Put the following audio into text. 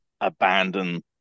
abandon